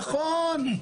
נכון.